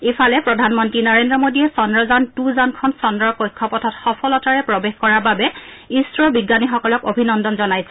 ইফালে প্ৰধানমন্ত্ৰী নৰেন্দ্ৰ মোডীয়ে চন্দ্ৰযান টু যানখন চন্দ্ৰৰ কক্ষপথত সফলতাৰে প্ৰৱেশ কৰাৰ বাবে ইছৰৰ বিজ্ঞানীসকলক অভিনন্দন জনাইছে